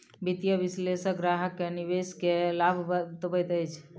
वित्तीय विशेलषक ग्राहक के निवेश के लाभ बतबैत अछि